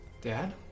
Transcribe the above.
dad